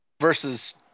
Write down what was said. Versus